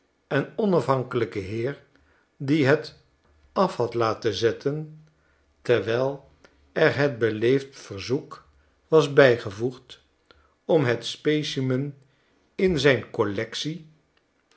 en onafhankelijken heer die het af had laten zetten terwijl er het beleefd verzoek was bijgevoegd om het specimen in zijn collectie